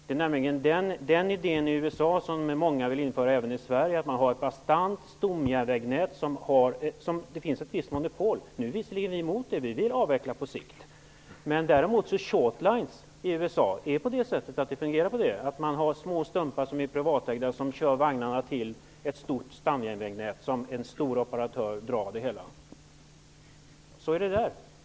Man har i USA en idé, som många vill införa även i Sverige, att ha ett bastant stomjärnvägsnät som har ett visst monopol, något som vi visserligen är emot och vill avveckla på sikt. ''Shortline'' i USA fungerar så att man har små privatägda banstumpar, där man kör fram sina vagnar till ett stort stamjärnvägsnät, där en stor operatör tar över framdragningen.